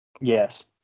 Yes